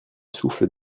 souffle